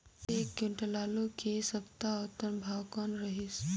एक क्विंटल आलू के ऐ सप्ता औसतन भाव कौन रहिस?